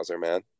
man